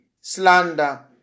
slander